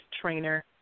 trainer